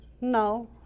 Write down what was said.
no